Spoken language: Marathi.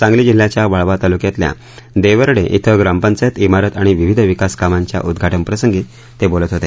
सांगली जिल्ह्याच्या वाळवा तालुक्यातल्या देवडे इथं ग्रामपंचायत इमारत आणि विविध विकास कामांच्या उद्वाटन प्रसंगी ते बोलत होते